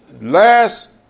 last